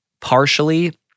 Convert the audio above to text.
partially